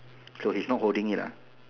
so he's not holding it lah